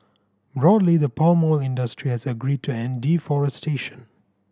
broadly the palm oil industry has agreed to end deforestation